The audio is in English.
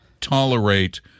tolerate